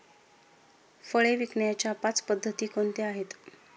फळे विकण्याच्या पाच पद्धती कोणत्या आहेत?